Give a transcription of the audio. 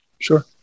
Sure